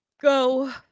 go